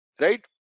right